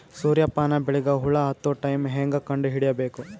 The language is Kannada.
ಸೂರ್ಯ ಪಾನ ಬೆಳಿಗ ಹುಳ ಹತ್ತೊ ಟೈಮ ಹೇಂಗ ಕಂಡ ಹಿಡಿಯಬೇಕು?